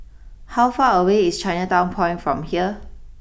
how far away is Chinatown Point from here